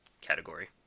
category